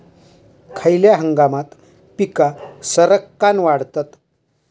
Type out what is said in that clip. खयल्या हंगामात पीका सरक्कान वाढतत?